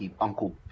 Uncle